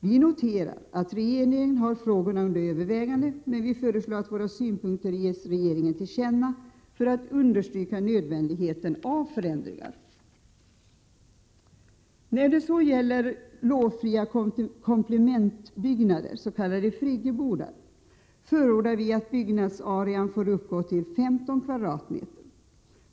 Vi noterar att regeringen har frågorna under övervägande, men vi föreslår att våra synpunkter ges regeringen till känna för att understryka nödvändigheten av förändringar. När det gäller ”lovfria komplementbyggnader”, s.k. Friggebodar, förordar vi att byggnadsarean får uppgå till 15 m?.